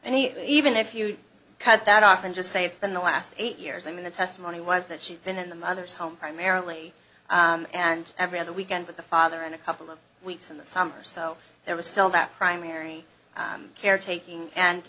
he even if you cut that off and just say it's been the last eight years i mean the testimony was that she'd been in the mother's home primarily and every other weekend with the father in a couple of weeks in the summer so there was still that primary care taking and